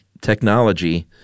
technology